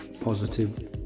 positive